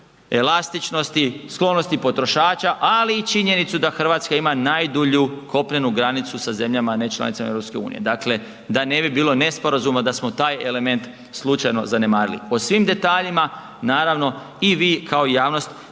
elastičnosti, sklonosti potrošača, ali i činjenicu da RH ima najdulju kopnenu granicu sa zemljama nečlanicama EU, dakle da ne bi bilo nesporazuma da smo taj element slučajno zanemarili, o svim detaljima naravno i vi kao i javnost